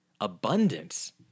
Abundance